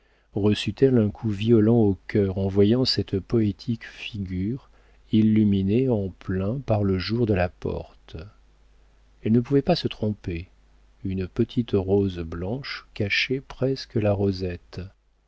bien préparée reçut elle un coup violent au cœur en voyant cette poétique figure illuminée en plein par le jour de la porte elle ne pouvait pas se tromper une petite rose blanche cachait presque la rosette